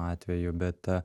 atveju bet